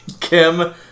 Kim